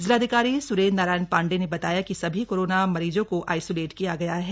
जिलाधिकारी स्रेंद्र नारायण पाण्डेय ने बताया कि सभी कोरोना मरीजो को आइसोलेट किया गया है